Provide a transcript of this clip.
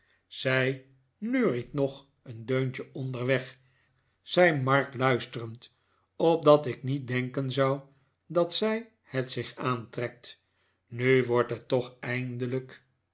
zij neuriet nog een deuntje onderweg zei mark luisterend opdat ik niet denken zou dat zij het zich aantrekt nu wordt het toch eindelijk